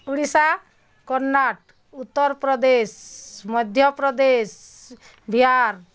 Odisha Karnataka Uttar Pradesh Madhya Pradesh Bihar